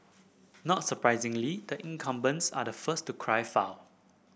not surprisingly the incumbents are the first to cry foul